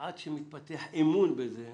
עד שמתפתח אמון בזה,